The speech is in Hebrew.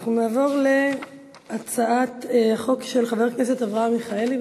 אנחנו נעבור להצעת החוק של חבר הכנסת אברהם מיכאלי,